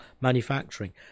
manufacturing